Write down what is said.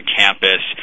campus